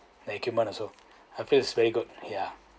the equipment also I feel is very good ya